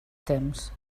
temps